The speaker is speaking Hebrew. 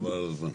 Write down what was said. חבל על הזמן.